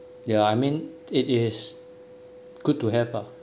yeah I mean it is good to have lah